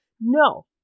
No